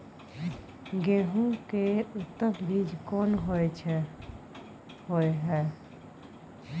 गेहूं के उत्तम बीज कोन होय है?